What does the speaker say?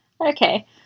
Okay